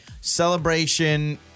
celebration